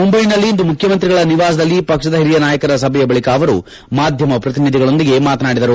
ಮುಂಬೈನಲ್ಲಿ ಇಂದು ಮುಖ್ಯಮಂತ್ರಿಗಳ ನಿವಾಸದಲ್ಲಿ ಪಕ್ಷದ ಹಿರಿಯ ನಾಯಕರ ಸಭೆಯ ಬಳಿಕ ಅವರು ಮಾಧ್ಯಮ ಪ್ರತಿನಿಧಿಗಳೊಂದಿಗೆ ಮಾತನಾಡಿದರು